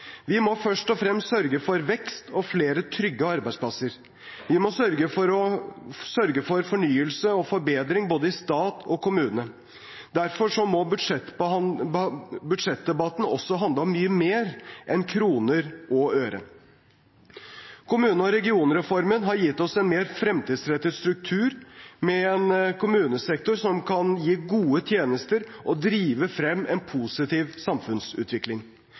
Vi må først og fremst sørge for vekst og flere trygge arbeidsplasser. Vi må sørge for fornyelse og forbedring i både stat og kommune. Derfor må budsjettdebatten handle om mye mer enn kroner og øre. Kommune- og regionreformen har gitt oss en mer fremtidsrettet struktur, med en kommunesektor som kan gi gode tjenester og drive frem en positiv samfunnsutvikling.